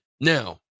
Now